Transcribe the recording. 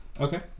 Okay